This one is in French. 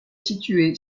situé